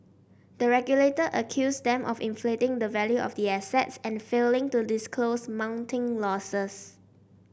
the regulator accused them of inflating the value of the assets and failing to disclose mounting losses